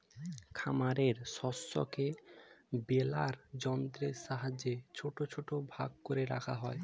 খামারের শস্যকে বেলার যন্ত্রের সাহায্যে ছোট ছোট ভাগ করে রাখা হয়